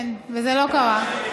כן, וזה לא קרה.